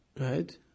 right